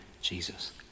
Jesus